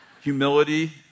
Humility